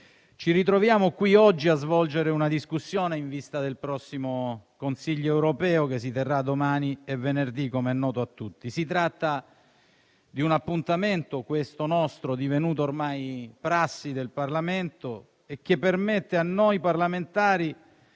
ci ritroviamo qui oggi a svolgere una discussione in vista del prossimo Consiglio europeo che si terrà domani e venerdì, come è noto a tutti. Si tratta di un appuntamento divenuto ormai prassi del Parlamento, che permette a noi parlamentari